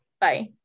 Bye